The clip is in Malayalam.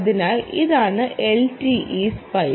അതിനാൽ ഇതാണ് LTEspice LTE3